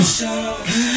show